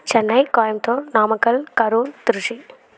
Chennai Coimbatore Namakkal Karur Trichy